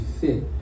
fit